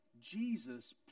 Jesus